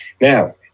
Now